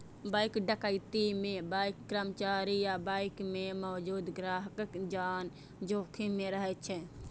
bank डकैती मे bank कर्मचारी आ बैंक मे मौजूद ग्राहकक जान जोखिम मे रहै छै